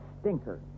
stinker